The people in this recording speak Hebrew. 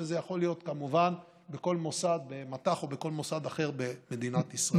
וזה יכול להיות כמובן במט"ח או בכל מוסד אחר במדינת ישראל.